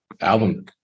album